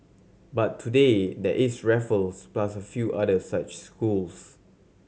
but today there is Raffles plus a few other such schools